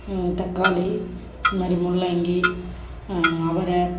தக்காளி இது மாதிரி முள்ளங்கி அவரை